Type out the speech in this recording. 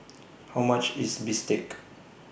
How much IS Bistake